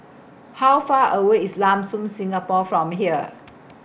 How Far away IS Lam Soon Singapore from here